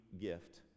gift